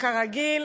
כרגיל.